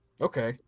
Okay